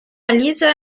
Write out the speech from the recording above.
lisa